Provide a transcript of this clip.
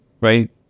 right